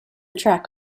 track